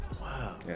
Wow